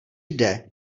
jde